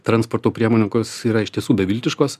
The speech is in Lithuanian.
transporto priemonių kus yra iš tiesų beviltiškos